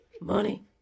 Money